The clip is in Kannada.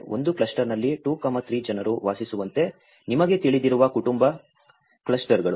ಒಂದು ಕ್ಲಸ್ಟರ್ನಲ್ಲಿ 2 3 ಜನರು ವಾಸಿಸುವಂತೆ ನಿಮಗೆ ತಿಳಿದಿರುವ ಕುಟುಂಬ ಕ್ಲಸ್ಟರ್ಗಳು